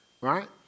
Right